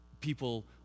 people